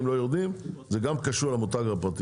לא יורדים זה גם קשור למותג הפרטי.